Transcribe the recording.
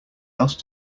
else